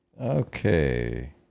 okay